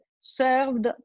served